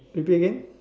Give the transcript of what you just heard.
repeat again